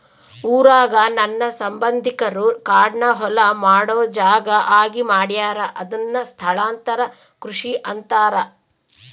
ಊರಾಗ ನನ್ನ ಸಂಬಂಧಿಕರು ಕಾಡ್ನ ಹೊಲ ಮಾಡೊ ಜಾಗ ಆಗಿ ಮಾಡ್ಯಾರ ಅದುನ್ನ ಸ್ಥಳಾಂತರ ಕೃಷಿ ಅಂತಾರ